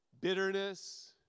bitterness